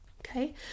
Okay